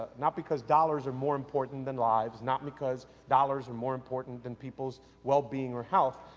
not because dollars are more important than lives, not because dollars are more important than people's well-being or health,